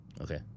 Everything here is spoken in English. Okay